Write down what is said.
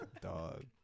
dog